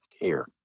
care